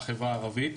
החברה הערבית.